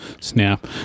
snap